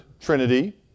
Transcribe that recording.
Trinity